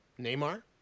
Neymar